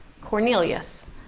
Cornelius